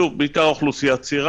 שוב, זו בעיקר אוכלוסייה צעירה.